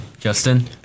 Justin